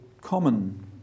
common